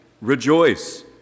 Rejoice